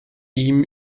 ihm